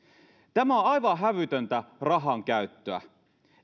tämä on aivan hävytöntä rahankäyttöä